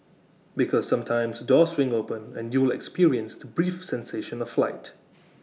because sometimes doors swing open and you'll experience to brief sensation of flight